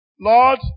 Lord